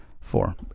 Four